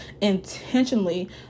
intentionally